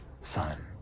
son